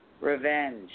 Revenge